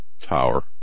Tower